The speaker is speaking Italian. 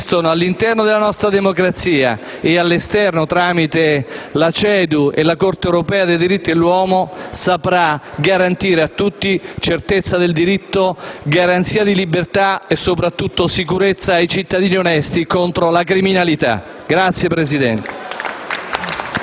che esistono all'interno della nostra democrazia e all'esterno, tramite la Corte europea dei diritti dell'uomo, sapranno garantire a tutti certezza del diritto, garanzia di libertà e, soprattutto, sicurezza ai cittadini onesti contro la criminalità. *(Applausi